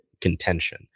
contention